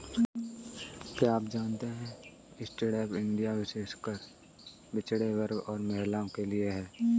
क्या आप जानते है स्टैंडअप इंडिया विशेषकर पिछड़े वर्ग और महिलाओं के लिए है?